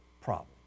problem